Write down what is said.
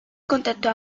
contrató